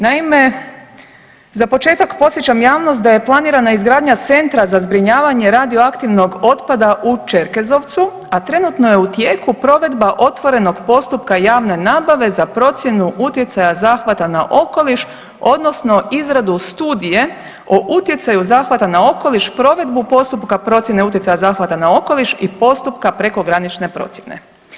Naime, za početak podsjećam javnost da je planirana izgradnja Centra za zbrinjavanje radioaktivnog otpada u Čerkezovcu, a trenutno je u tijeku provedba otvorenog postupka javne nabave za procjenu utjecaju zahvata na okoliš, odnosno izradu studije o utjecaju zahvata na okoliš, provedbu postupka procjene utjecaja zahvata na okoliš i postupka prekogranične procjene.